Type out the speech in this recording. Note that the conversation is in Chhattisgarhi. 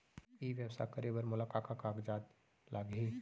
ई व्यवसाय करे बर मोला का का कागजात लागही?